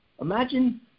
imagine